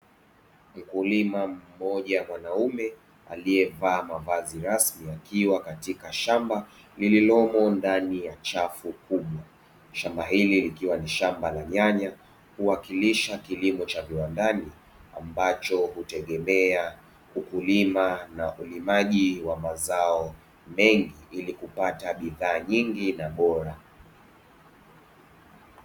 Mkulima mmoja mwanaume aliyevaa mavazi rasmi akiwa katika shamba lililomo ndani ya chafu kubwa. Shamba hili likiwa ni shamba la nyanya, huwakilisha kilimo cha viwandani ambacho hutegemea ukulima na ulimaji wa mazao mengi ili kupata bidhaa nyingi na bora.